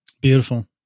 Beautiful